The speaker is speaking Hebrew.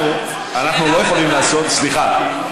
אנחנו לא יכולים לעשות, שאלה אחת, סליחה.